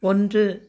ஒன்று